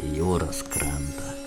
jūros krantą